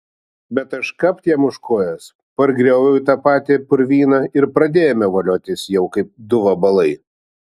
bet aš kapt jam už kojos pargrioviau į tą patį purvyną ir pradėjome voliotis jau kaip du vabalai